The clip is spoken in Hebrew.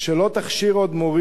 שלא תכשיר עוד מורים,